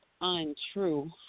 untrue